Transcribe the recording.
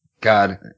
God